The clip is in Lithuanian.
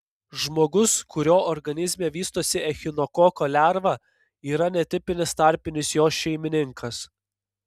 žmogus kurio organizme vystosi echinokoko lerva yra netipinis tarpinis jos šeimininkas